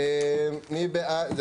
מי בעד רביזיה